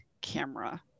camera